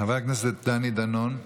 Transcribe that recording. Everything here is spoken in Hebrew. חבר הכנסת דני דנון,